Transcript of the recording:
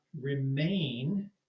remain